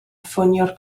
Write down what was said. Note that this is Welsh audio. ffonio